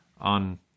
on